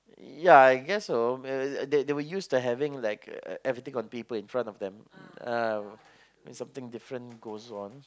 ya I guess so they they were to used to having like everything on paper in front of them uh when something different goes on